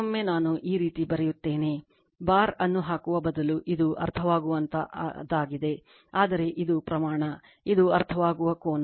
ಕೆಲವೊಮ್ಮೆ ನಾನು ಈ ರೀತಿ ಬರೆಯುತ್ತೇನೆ ಆದರೆ ಇದು ಪ್ರಮಾಣ ಇದು ಅರ್ಥವಾಗುವ ಕೋನ